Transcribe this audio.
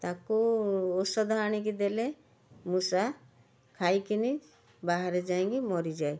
ତାକୁ ଔଷଧ ଆଣିକି ଦେଲେ ମୂଷା ଖାଇକିନି ବାହାରେ ଯାଇଁକି ମରିଯାଏ